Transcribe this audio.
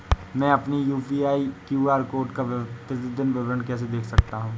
मैं अपनी UPI QR code का प्रतीदीन विवरण कैसे देख सकता हूँ?